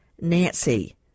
nancy